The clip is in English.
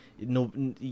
no